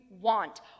want